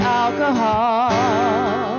alcohol